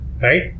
right